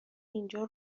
اینجا